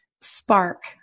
spark